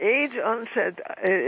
age-onset